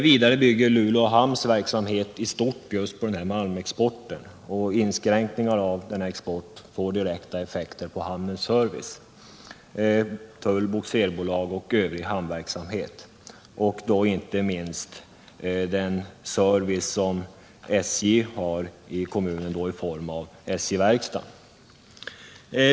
Vidare bygger Luleå hamns verksamhet i stort på denna malmexport. Inskränkningar av exporten får därför direkta effekter på hamnens service, dvs. tull, bogserbolag och övrig hamnservice, inte minst den service som SJ har i kommunen genom SJ-verkstaden.